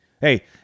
Hey